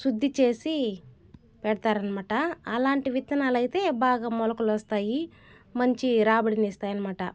శుద్ధిచేసి పెడతాఋ అనమాట అలాంటి విత్తనాలు అయితే బాగా మొలకలు వస్తాయి మంచి రాబడని ఇస్తాయి అనమాట